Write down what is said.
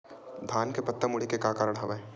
धान के पत्ता मुड़े के का कारण हवय?